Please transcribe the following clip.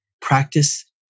practice